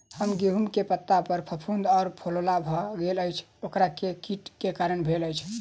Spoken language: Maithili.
हम्मर गेंहूँ केँ पत्ता पर फफूंद आ फफोला भऽ गेल अछि, ओ केँ कीट केँ कारण भेल अछि?